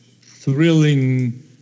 thrilling